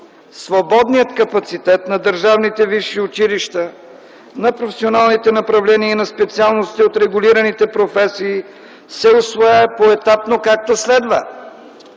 „Свободният капацитет на държавните висши училища, на професионалните направления и на специалностите от регулираните професии се усвоява поетапно, както следва: